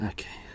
Okay